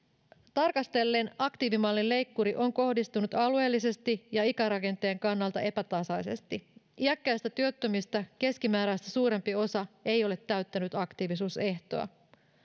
tarkastellen aktiivimallin leikkuri on kohdistunut alueellisesti ja ikärakenteen kannalta epätasaisesti iäkkäistä työttömistä keskimääräistä suurempi osa ei ole täyttänyt aktiivisuusehtoa